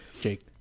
jake